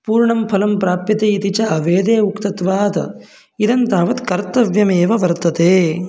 पूर्णं फलं प्राप्यते इति च वेदे उक्तत्वात् इदं तावत् कर्तव्यमेव वर्तते